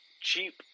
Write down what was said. cheap